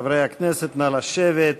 חברי הכנסת, נא לשבת.